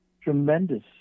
tremendous